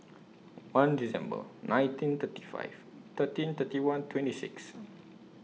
one December nineteen thirty five thirteen thirty one twenty six